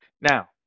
Now